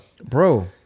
bro